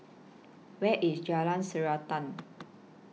Where IS Jalan Srantan